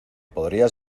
podrías